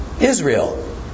Israel